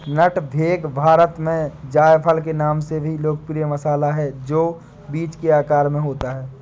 नट मेग भारत में जायफल के नाम से लोकप्रिय मसाला है, जो बीज के आकार में होता है